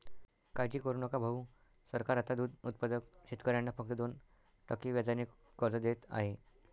काळजी करू नका भाऊ, सरकार आता दूध उत्पादक शेतकऱ्यांना फक्त दोन टक्के व्याजाने कर्ज देत आहे